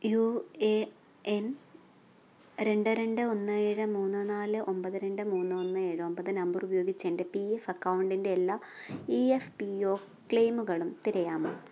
U A N രണ്ട് രണ്ട് ഒന്ന് ഏഴ് മൂന്ന് നാല് ഒമ്പത് രണ്ട് മൂന്ന് ഒന്ന് ഏഴ് ഒമ്പത് നമ്പർ ഉപയോഗിച്ച് എൻ്റെ പി എഫ് അക്കൗണ്ടിൻറ്റെ എല്ലാ ഇ എഫ് പി ഓ ക്ലെയിമുകളും തിരയാമോ